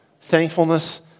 thankfulness